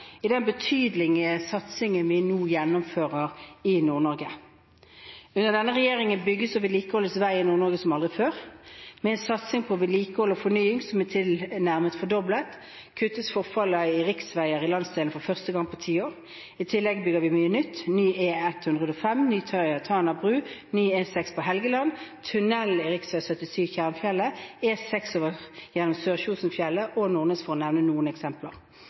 i den betydelige satsingen vi nå gjennomfører i Nord-Norge. Under denne regjeringen bygges og vedlikeholdes vei i Nord-Norge som aldri før. Med en satsing på vedlikehold og fornying som er tilnærmet fordoblet, kuttes forfallet på riksveiene i landsdelen for første gang på tiår. I tillegg bygger vi mye nytt. Ny E105, ny Tana bru, ny E6 på Helgeland, tunnel i rv.77 Tjernfjellet og E6 gjennom Sørkjosfjellet og Nordnes for å nevne noen eksempler.